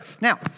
Now